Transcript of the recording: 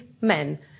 men